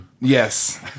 Yes